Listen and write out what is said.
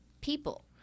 people